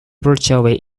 virtually